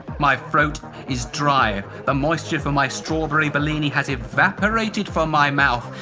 my throat is dry, the moisture from my strawberry bellini has evaporated from my mouth.